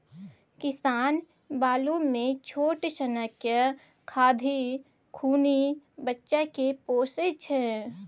किसान बालु मे छोट सनक खाधि खुनि बच्चा केँ पोसय छै